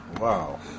wow